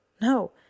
No